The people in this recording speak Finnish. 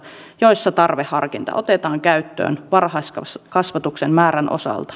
joissa tarveharkinta otetaan käyttöön varhaiskasvatuksen määrän osalta